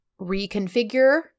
reconfigure